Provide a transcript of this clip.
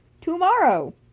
tomorrow